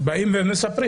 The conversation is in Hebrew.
באים ומספרים